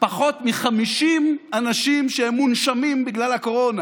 פחות מ-50 אנשים שהם מונשמים בגלל הקורונה.